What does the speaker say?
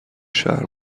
شهر